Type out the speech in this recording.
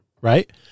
right